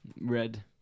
Red